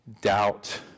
doubt